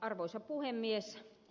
arvoisa puhemies